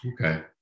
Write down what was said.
Okay